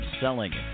selling